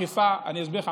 אני אסביר לך,